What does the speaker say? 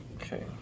Okay